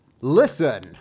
Listen